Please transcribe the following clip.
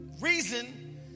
reason